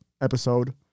episode